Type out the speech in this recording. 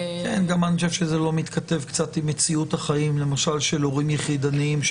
אני גם חושב שזה קצת לא מתכתב עם מציאות החיים של הורים יחידניים למשל,